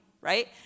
right